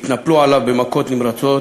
התנפלו עליו במכות נמרצות,